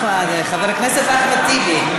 חבר הכנסת אחמד טיבי,